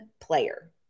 player